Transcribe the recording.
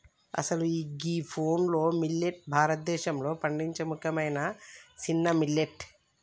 అసలు గీ proso millet భారతదేశంలో పండించే ముఖ్యమైన సిన్న మిల్లెట్